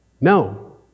No